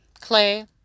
clay